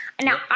Now